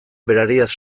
berariaz